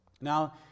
Now